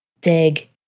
dig